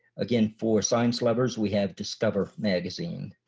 again for science lovers we have discover magazine.